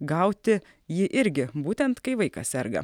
gauti jį irgi būtent kai vaikas serga